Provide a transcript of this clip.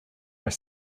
are